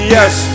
Yes